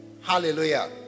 hallelujah